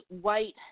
white